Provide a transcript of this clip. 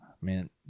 Man